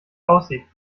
aussieht